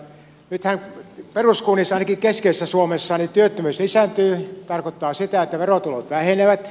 nythän peruskunnissa ainakin keskeisessä suomessa työttömyys lisääntyy mikä tarkoittaa sitä että verotulot vähenevät